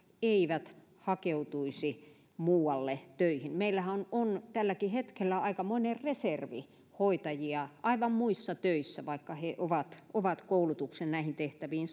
eivät hakeutuisi muualle töihin meillähän on on tälläkin hetkellä aikamoinen reservi hoitajia aivan muissa töissä vaikka he ovat saaneet koulutuksen näihin tehtäviin